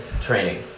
training